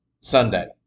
Sunday